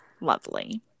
lovely